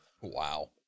Wow